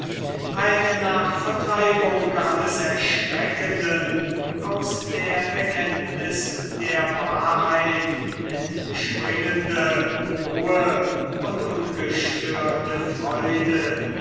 eine nach vertreibung alles erschreckenden aus der erkenntniß der wahrheit entspringende hohe und ungestörte freude